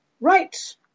Right